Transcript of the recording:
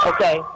Okay